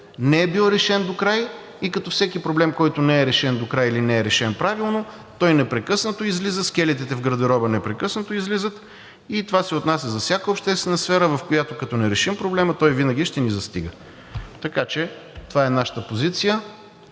не е бил решен докрай и като всеки проблем, който не е решен докрай или не е решен правилно, той непрекъснато излиза, скелетите в гардероба непрекъснато излизат. Това се отнася за всяка обществена сфера, в която, като не решим проблема, той винаги ще ни застига. Така че това е нашата позиция.